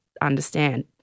understand